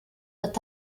wird